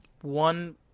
One